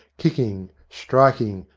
kicking, striking,